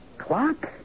clock